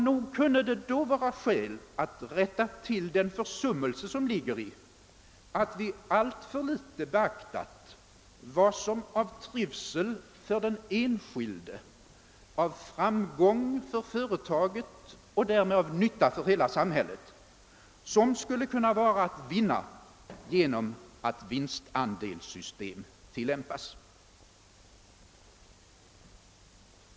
Nog kunde det vara skäl att rätta till den försummelse som ligger i att vi alltför litet beaktat vad som kunde vara alt vinna av trivsel för den enskilde, av framgång för företaget och därmed av nytta för hela samhället genom att vinstandelssystem tillämpas.